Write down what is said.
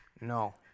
No